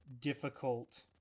difficult